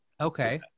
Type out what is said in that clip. okay